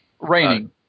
Raining